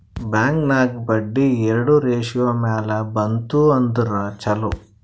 bank ನಾಗ್ ಬಡ್ಡಿ ಎರಡು ratio ಮ್ಯಾಲ ಬಂತ್ ಅಂದುರ್ ಛಲೋ